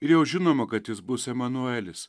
ir jau žinoma kad jis bus emanuelis